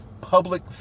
public